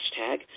Hashtag